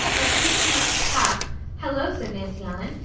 as kate came up the path hello! said nancy ellen.